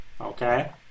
Okay